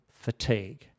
fatigue